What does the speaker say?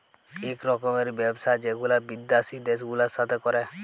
ইক রকমের ব্যবসা যেগুলা বিদ্যাসি দ্যাশ গুলার সাথে ক্যরে